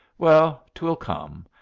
well, twill come.